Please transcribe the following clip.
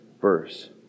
verse